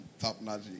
top-notch